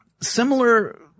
Similar